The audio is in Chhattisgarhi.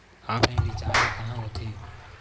ऑफलाइन रिचार्ज कहां होथे?